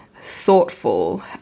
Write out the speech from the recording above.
thoughtful